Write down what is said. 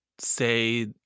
say